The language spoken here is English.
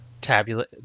tabulate